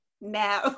Now